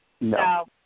no